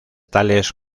tales